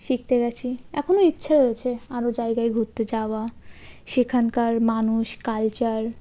শিখতে গেছি এখনও ইচ্ছা রয়েছে আরও জায়গায় ঘুরতে যাওয়া সেখানকার মানুষ কালচার